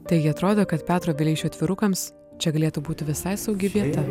taigi atrodo kad petro vileišio atvirukams čia galėtų būti visai saugi vieta